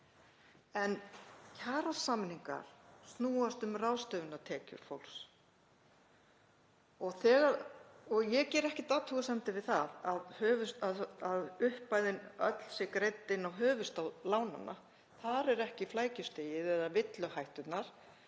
En kjarasamningar snúast um ráðstöfunartekjur fólks. Ég geri ekkert athugasemdir við það að upphæðin öll sé greidd inn á höfuðstól lánanna. Þar er ekki flækjustigið eða villuhætturnar.